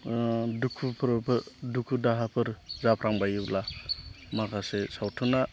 दुखुफोरबो दुखु दाहाफोर जाफ्लांबायोब्ला माखासे सावथुना